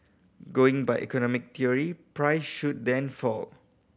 going by economic theory price should then fall